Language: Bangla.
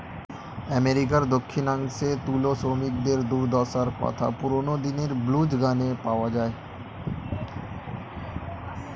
আমেরিকার দক্ষিণাংশে তুলো শ্রমিকদের দুর্দশার কথা পুরোনো দিনের ব্লুজ গানে পাওয়া যায়